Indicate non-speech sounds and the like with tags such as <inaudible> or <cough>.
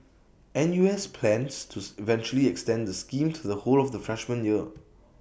N U S plans to <hesitation> eventually extend the scheme to the whole of the freshman year